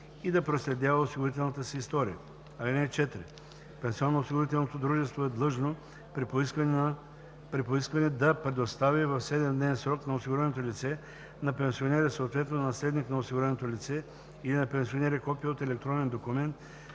и да проследява осигурителната си история. (4) Пенсионноосигурителното дружество е длъжно при поискване да предостави в 7-дневен срок на осигуреното лице, на пенсионера, съответно на наследник на осигуреното лице или на пенсионера, копие от електронен документ